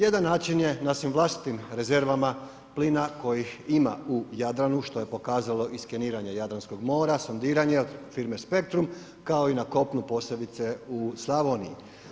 Jedan način je da se vlastitim rezervama plina kojih ima u Jadranu, što je pokazalo i skeniranje Jadranskog mora, sondiranje od firme Spectrum, kao i na kopnu, posebice u Slavoniji.